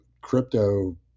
crypto